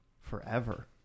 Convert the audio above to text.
forever